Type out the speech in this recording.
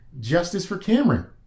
#JusticeForCameron